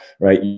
right